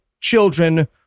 children